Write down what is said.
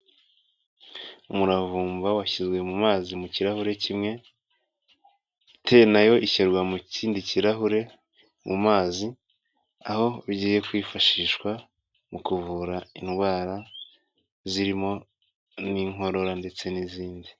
Jmuravumba washyizwe mu mazi mu kirahure kimwe, te nayo ishyirwa mu kindi kirahure mu mazi, aho bigiye kwifashishwa mu kuvura indwara zirimo n'inkorora ndetse n'izindi.